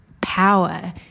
power